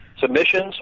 Submissions